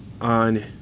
On